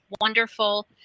wonderful